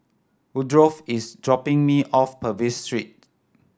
Woodrow is dropping me off Purvis Street